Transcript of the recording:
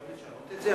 אתה חושב לשנות את זה?